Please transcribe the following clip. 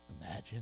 Imagine